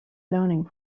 learning